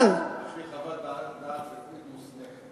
אבל, על-פי חוות דעת רפואית מוסמכת.